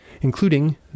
including